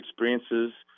experiences